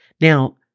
Now